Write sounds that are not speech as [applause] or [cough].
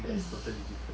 [laughs]